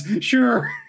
Sure